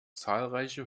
zahlreiche